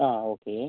ആ ഓക്കെ